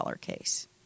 case